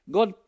God